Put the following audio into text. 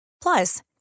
Plus